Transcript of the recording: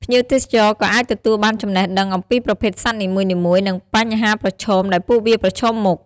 ភ្ញៀវទេសចរក៏អាចទទួលបានចំណេះដឹងអំពីប្រភេទសត្វនីមួយៗ និងបញ្ហាប្រឈមដែលពួកវាប្រឈមមុខ។